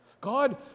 God